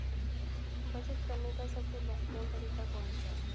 बचत करने का सबसे बेहतरीन तरीका कौन सा है?